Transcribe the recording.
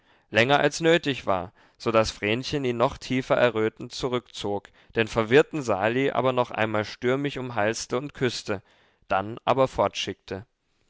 länger als nötig war so daß vrenchen ihn noch tiefer errötend zurückzog den verwirrten sali aber noch einmal stürmisch umhalste und küßte dann aber